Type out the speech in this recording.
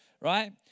right